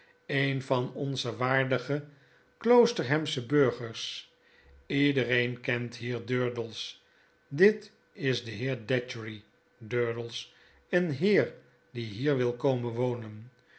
een van onze waardige kloosterhamsche burgers ledereen kent hier durdels dit is de heer datchery durdels een heer die hier wil komen wonen